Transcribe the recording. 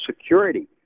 Security